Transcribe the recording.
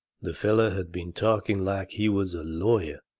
the feller had been talking like he was a lawyer,